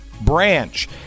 branch